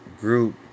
group